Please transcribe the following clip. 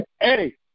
Hey